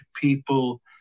people